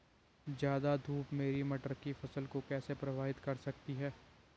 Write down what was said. ज़्यादा धूप मेरी मटर की फसल को कैसे प्रभावित कर सकती है?